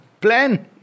plan